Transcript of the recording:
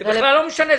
זה בכלל לא משנה.